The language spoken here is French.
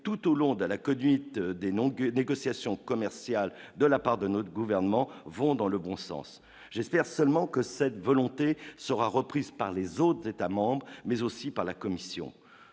tout au long de la côte, vite des noms que négociation commerciale de la part de notre gouvernement, vont dans le bon sens, j'espère seulement que cette volonté sera reprise par les autres États-membres, mais aussi par la Commission